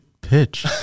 pitch